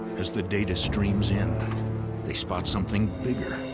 as the data streams in, but they spot something bigger,